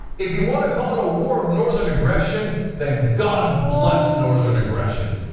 if you want to call it a war of northern aggression then god bless northern aggression.